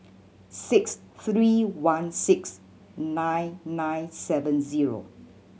six three one six nine nine seven zero